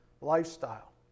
lifestyle